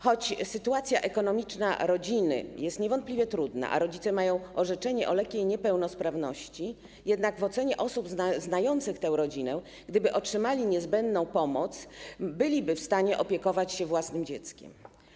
Choć sytuacja ekonomiczna rodziny jest niewątpliwie trudna, a rodzice mają orzeczenie o lekkiej niepełnosprawności, to w ocenie osób znających tę rodzinę, gdyby ci rodzice otrzymali niezbędną pomoc, byliby w stanie opiekować się własnym dzieckiem.